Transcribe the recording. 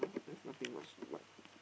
uh there's nothing much to like